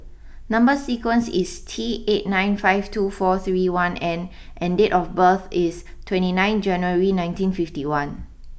number sequence is T eight nine five two four three one N and date of birth is twenty nine January nineteen fifty one